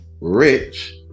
rich